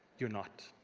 you are not.